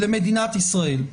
למדינת ישראל.